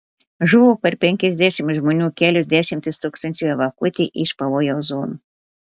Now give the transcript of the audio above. žuvo per penkiasdešimt žmonių kelios dešimtys tūkstančių evakuoti iš pavojaus zonų